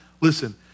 listen